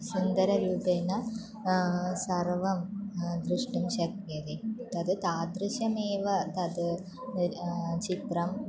सुन्दररूपेण सर्वं द्रष्टुं शक्यते तद् तादृशमेव तद् चित्रं